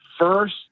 first